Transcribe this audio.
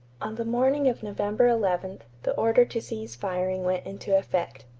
on the morning of november eleven, the order to cease firing went into effect.